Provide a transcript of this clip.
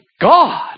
God